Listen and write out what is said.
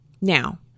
Now